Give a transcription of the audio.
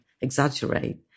exaggerate